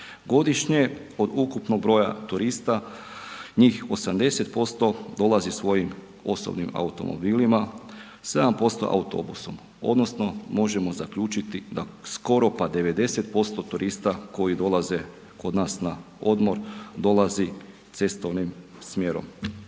godišnje od ukupnog broja turista, njih 80% dolazi svojim osobnim automobilima, 7% autobusom odnosno možemo zaključiti da skoro pa 90% turista koji dolaze kod nas na odmor dolazi cestovnim smjerom.